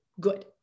good